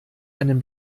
einen